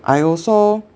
I also